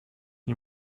nie